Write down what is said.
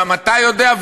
גם אתה יודע,